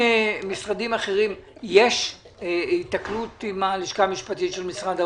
למשרדים אחרים יש היתקלות עם הלשכה המשפטית של משרד האוצר?